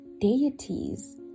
deities